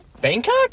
bangkok